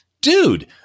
dude